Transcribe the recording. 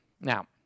Now